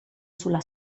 sulla